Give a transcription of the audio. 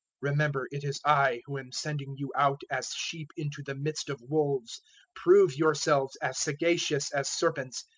remember it is i who am sending you out, as sheep into the midst of wolves prove yourselves as sagacious as serpents,